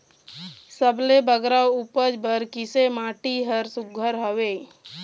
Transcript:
सबले बगरा उपज बर किसे माटी हर सुघ्घर हवे?